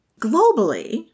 globally